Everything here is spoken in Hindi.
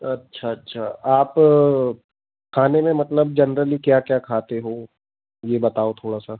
अच्छा अच्छा आप खाने में मतलब जनरली क्या क्या खाते हो ये बताओ थोड़ा सा